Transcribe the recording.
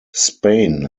spain